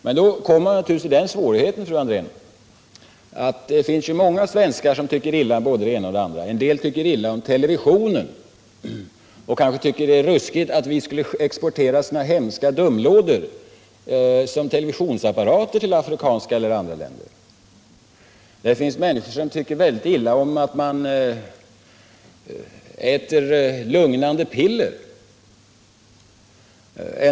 Många svenskar tycker illa om det ena eller det andra, fru Andrén. En del tycker illa om televisionen och tycker kanske att det är ruskigt att vi exporterar sådana hemska ”dumlådor” som televisionsapparater till afrikanska eller andra länder. Det finns också människor som tycker mycket illa om att man äter lugnande piller.